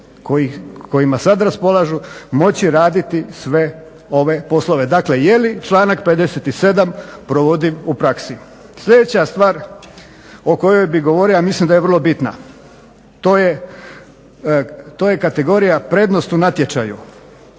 kojima sad raspolažu moći raditi sve ove poslove. Dakle je li članak 57. provodiv u praksi. Sljedeća stvar o kojoj bi govorio, a mislim da je vrlo bitna to je kategorija prednost u natječaju.